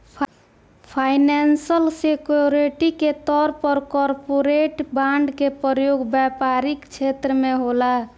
financial security के तौर पर कॉरपोरेट बॉन्ड के प्रयोग व्यापारिक छेत्र में होला